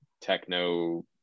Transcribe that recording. techno